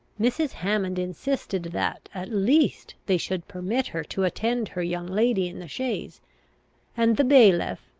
mrs. hammond insisted that, at least, they should permit her to attend her young lady in the chaise and the bailiff,